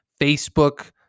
Facebook